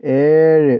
ഏഴ്